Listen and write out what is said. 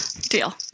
Deal